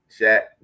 Shaq